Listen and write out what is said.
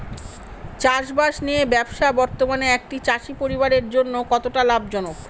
চাষবাষ নিয়ে ব্যবসা বর্তমানে একটি চাষী পরিবারের জন্য কতটা লাভজনক?